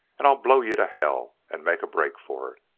and i'll blow you to hell and make a break for it!